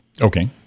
Okay